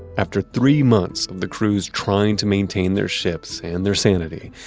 after three months of the crews trying to maintain their ships and their sanity,